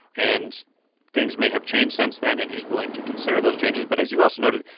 and things may have changed since then. and he's willing to consider those changes. but as you also noted,